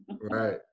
Right